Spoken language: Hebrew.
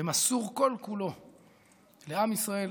ומסור כל-כולו לעם ישראל